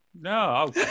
no